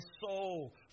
soul